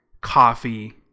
coffee